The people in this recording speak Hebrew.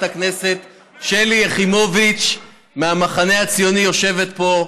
הכנסת שלי יחימוביץ מהמחנה הציוני יושבת פה.